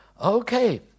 Okay